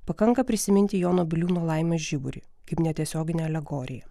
pakanka prisiminti jono biliūno laimės žiburį kaip netiesioginę alegoriją